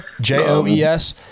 J-O-E-S